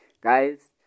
Guys